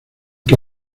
que